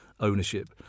ownership